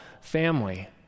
family